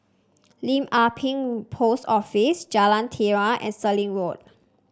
Lim Ah Pin Post Office Jalan Telawi and Stirling Road